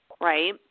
right